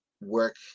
work